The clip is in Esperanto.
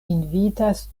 invitas